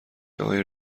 آقای